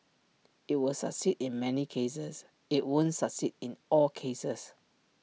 IT will succeed in many cases IT won't succeed in all cases